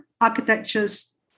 architecture's